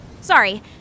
Sorry